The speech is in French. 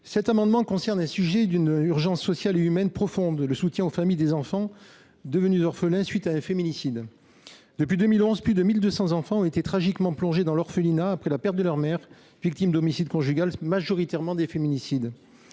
Cet amendement concerne un sujet d’une urgence sociale et humaine profonde : le soutien aux familles des enfants devenus orphelins à la suite d’un féminicide. Depuis 2011, plus de 1 200 enfants sont devenus orphelins après la perte tragique de leur mère, victime d’homicide conjugal – ce sont majoritairement des féminicides.